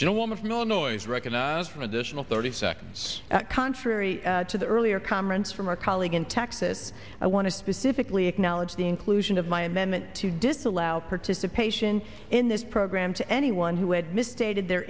gentlewoman from illinois recognize for additional thirty seconds that contrary to the earlier comments from mark league in texas i want to specifically acknowledge the inclusion of my amendment to disallow participation in this program to anyone who had misstated their